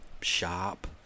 shop